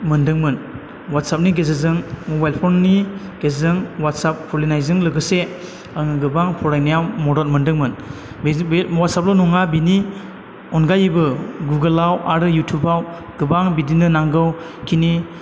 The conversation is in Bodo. मोन्दोंमोन अवाटसाबनि गेजेरजों मबाइल फननि गेजेरजों अवाटसाब खुलिनायजों लोगोसे आङो गोबां फरायनायाव मदद मोन्दोंमोन बेजों बे अवाटसाबल' नङा बेनि अनगायैबो गुगोलाव आरो इउटुबाव गोबां बिदिनो नांगौ खिनि